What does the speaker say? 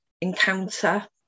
encounter